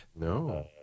No